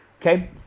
Okay